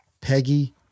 Peggy